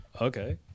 Okay